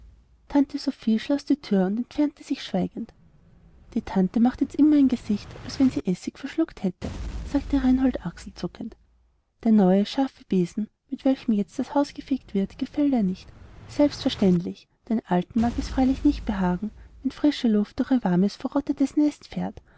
tante sophie schloß die thüre und entfernte sich schweigend die tante macht jetzt immer ein gesicht als wenn sie essig verschluckt hätte sagte reinhold achselzuckend der neue scharfe besen mit welchem jetzt das haus ausgefegt wird gefällt ihr nicht selbstverständlich den alten mag es freilich nicht behagen wenn frische luft durch ihr warmes verrottetes nest fährt